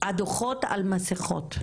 הדוחות על מסיכות,